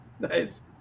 Nice